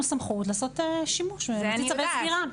סמכות לעשות שימוש ולהוציא צווי סגירה.